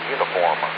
Uniform